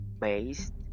based